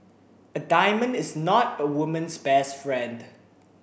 a diamond is not a woman's best friend